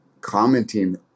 commenting